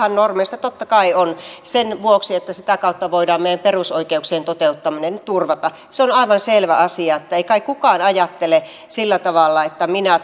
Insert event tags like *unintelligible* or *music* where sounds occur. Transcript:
osa normeistahan totta kai on sen vuoksi että sitä kautta voidaan meidän perusoikeuksien toteuttaminen turvata se on aivan selvä asia ei kai kukaan ajattele sillä tavalla että minä *unintelligible*